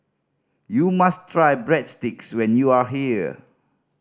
you must try Breadsticks when you are here